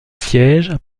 siège